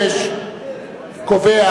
88 קובע